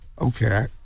Okay